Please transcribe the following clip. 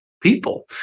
people